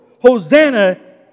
Hosanna